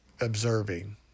observing